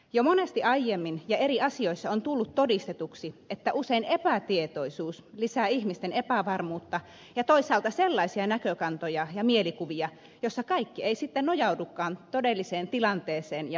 jo monesti aiemmin ja eri asioissa on tullut todistetuksi että usein epätietoisuus lisää ihmisten epävarmuutta ja toisaalta on sellaisia näkökantoja ja mielikuvia joissa kaikki ei sitten nojaudukaan todelliseen tilanteeseen ja faktoihin